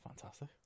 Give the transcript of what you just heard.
fantastic